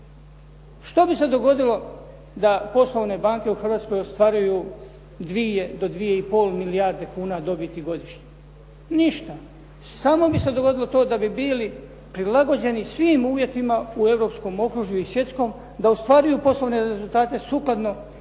Što bi se dogodilo da poslovne banke u Hrvatskoj ostvaruju 2 do 2,5 milijardi kuna godišnje? Ništa. Samo bi se dogodilo to da bi bili prilagođeni svim uvjetima u europskom okružju i svjetskom, da ostvaruju poslovne rezultate sukladno financijskom